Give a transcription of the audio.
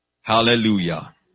Hallelujah